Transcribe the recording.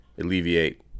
alleviate